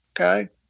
Okay